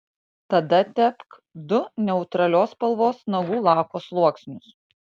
tada tepk du neutralios spalvos nagų lako sluoksnius